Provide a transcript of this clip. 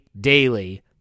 daily